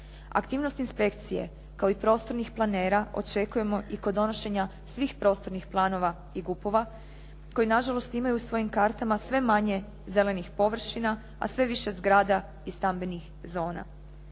Aktivnost inspekcije kao i prostornih planera očekujemo i kod donošenja svih prostornih planova i GUP-ova koji nažalost imaju u svojim kartama sve manje zelenih površina, a sve više zgrada i stambenih zona.